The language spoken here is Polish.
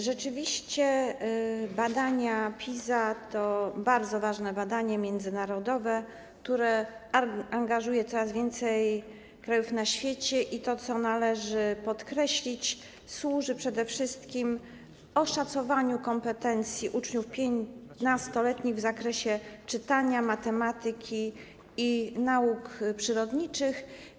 Rzeczywiście badanie PISA to bardzo ważne badanie międzynarodowe, które angażuje coraz więcej krajów na świecie i, co należy podkreślić, służy przede wszystkim oszacowaniu kompetencji uczniów 15-letnich w zakresie czytania, matematyki i nauk przyrodniczych.